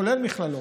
כולל מכללות.